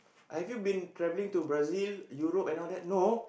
have you been travelling to Brazil Europe and all that no